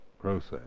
process